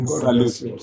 Saludos